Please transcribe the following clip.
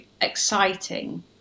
exciting